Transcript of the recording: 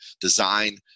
design